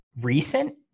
recent